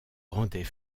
rendait